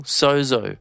sozo